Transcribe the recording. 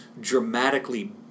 dramatically